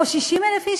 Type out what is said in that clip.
או 60,000 איש,